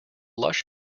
lush